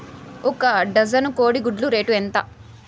ఒక డజను కోడి గుడ్ల రేటు ఎంత?